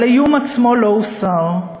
אבל האיום עצמו לא הוסר.